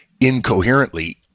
incoherently